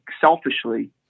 selfishly